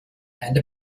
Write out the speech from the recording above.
and